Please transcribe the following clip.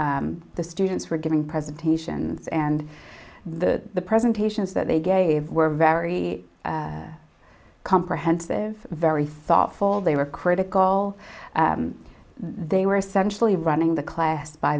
the students were giving presentations and the presentations that they gave were very comprehensive very thoughtful they were critical they were essentially running the class by